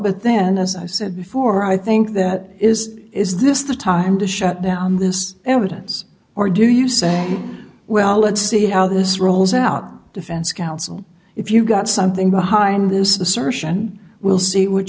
but then as i said before i think that is is this the time to shut down this evidence or do you say well let's see how this rolls out defense counsel if you've got something behind this assertion we'll see w